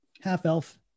half-elf